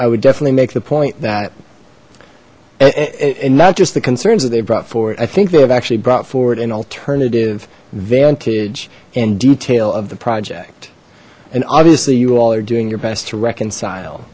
i would definitely make the point that and not just the concerns that they brought forward i think they have actually brought forward an alternative vantage and detail of the project and obviously you all are doing your best to reconcile